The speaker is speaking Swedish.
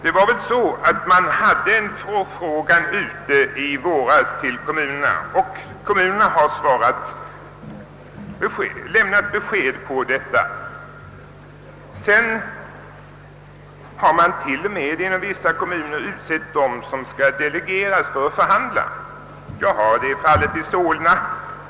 I våras gjordes ju från departementets sida en förfrågan hos kommunerna, och dessa har också lämnat besked. Sedan har vissa kommuner t.o.m. utsett dem som skall delegeras för att förhandla; det är fallet i Solna.